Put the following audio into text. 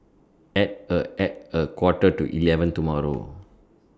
At A At A Quarter to eleven tomorrow